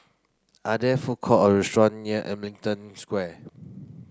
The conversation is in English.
are there food court or restaurant near Ellington Square